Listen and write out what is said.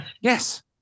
Yes